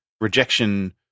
rejection